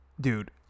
dude